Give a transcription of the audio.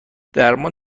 درمان